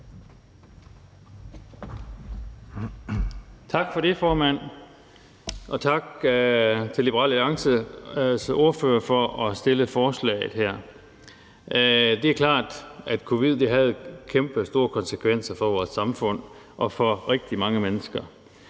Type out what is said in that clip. Tak for det, formand, og tak til Liberal Alliances ordfører for at fremsætte forslaget her. Det er klart, at covid-19 havde kæmpestore konsekvenser for vores samfund og for rigtig mange mennesker.